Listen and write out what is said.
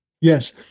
Yes